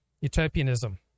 utopianism